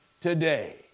today